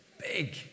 big